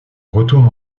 retourne